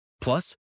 Plus